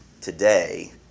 today